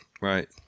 right